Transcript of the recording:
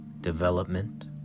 development